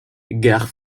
gare